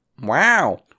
Wow